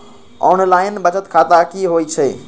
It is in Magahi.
ऑनलाइन बचत खाता की होई छई?